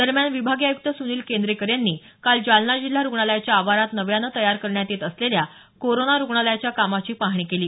दरम्यान विभागीय आयुक्त सुनील केंद्रेकर यांनी काल जालना जिल्हा रुग्णालयाच्या आवारात नव्यानं तयार करण्यात येत असलेल्या कोरोना रुग्णालयाच्या कामाची पाहणी केली